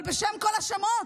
אבל בשם כל השמות,